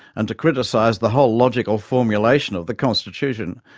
and to criticize the whole logical formulation of the constitution,